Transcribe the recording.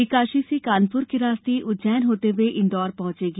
यह काशी से कानपुर के रास्ते उज्जैन होते हुए इंदौर पहुंचेगी